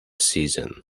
season